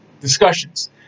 discussions